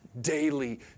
daily